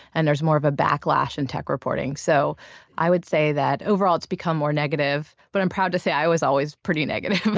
and there's more of a backlash in tech reporting. so i would say that overall it's become more negative but i'm proud to say i was always pretty negative.